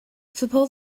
suppose